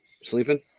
Sleeping